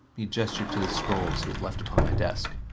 he gestured to the scrolls he had left upon my desk.